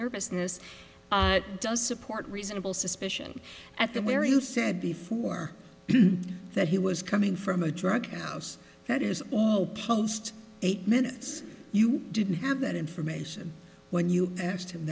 nervousness does support reasonable suspicion at the where you said before that he was coming from a drug house that is post eight minutes you didn't have that information when you asked him